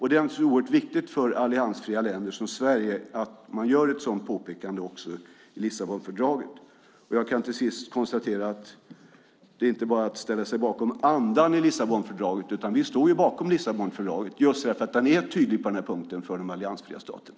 Det är naturligtvis oerhört viktigt för alliansfria länder, till exempel för Sverige, att det görs ett sådant påpekande också i Lissabonfördraget. Slutligen kan jag konstatera att det inte bara gäller att ställa sig bakom andan i Lissabonfördraget. Vi står bakom Lissabonfördraget just därför att det är tydligt på den här punkten för de alliansfria staterna.